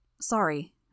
Sorry